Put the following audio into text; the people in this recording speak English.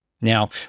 Now